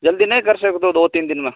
जल्दी नहीं कर सके तो दो तीन दिन में